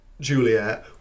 Juliet